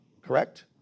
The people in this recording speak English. correct